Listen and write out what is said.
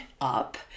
up